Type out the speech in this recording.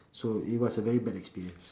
so it was very bad experience